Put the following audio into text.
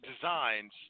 Designs